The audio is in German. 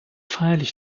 feierlich